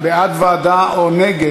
ועדה או נגד.